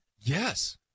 Yes